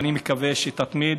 ואני מקווה שתתמיד.